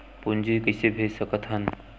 पूंजी कइसे भेज सकत हन?